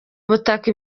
butaka